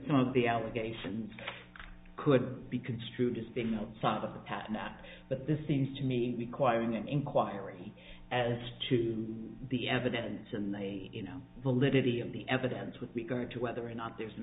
some of the allegations could be construed as being the son of a patent but this seems to me requiring an inquiry as to the evidence and you know validity of the evidence with regard to whether or not there's an